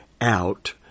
out